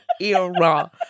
era